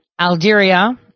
Algeria